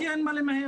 כי אין מה למהר,